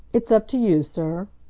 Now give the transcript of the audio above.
it's up to you, sir.